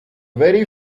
very